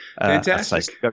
Fantastic